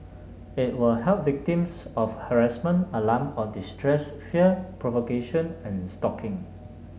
it will help victims of harassment alarm or distress fear provocation and stalking